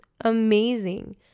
amazing